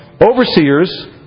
overseers